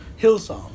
Hillsong